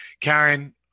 Karen